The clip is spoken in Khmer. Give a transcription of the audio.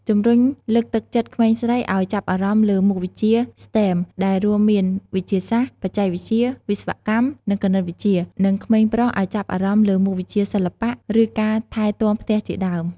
ជំរុញលើកទឹកចិត្តក្មេងស្រីឲ្យចាប់អារម្មណ៍លើមុខវិជ្ជា STEM ដែលរួមមាន វិទ្យាសាស្ត្រ បច្ចេកវិទ្យា វិស្វកម្ម និងគណិតវិទ្យា និងក្មេងប្រុសឲ្យចាប់អារម្មណ៍លើមុខវិជ្ជាសិល្បៈ ឬការថែទាំផ្ទះជាដើម។